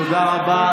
תודה רבה.